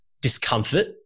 discomfort